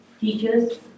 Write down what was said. teachers